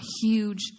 huge